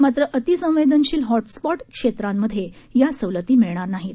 मात्र अतिसंवरूनशील हॉटस्पॉट क्ष्मिमध्ययि सवलती मिळणार नाहीत